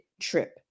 trip